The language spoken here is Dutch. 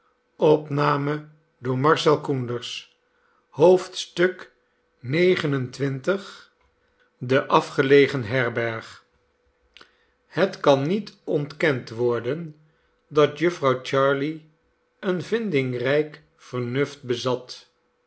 xxix be afgelegen herberg het kan niet ontkend worden dat jufvrouw jarley een vindingrijk vernuft bezat